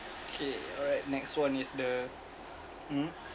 K alright next one is the mm